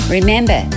Remember